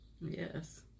Yes